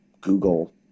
Google